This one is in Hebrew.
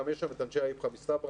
גם יש שם את אנשי האיפכא מסתברא.